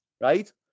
right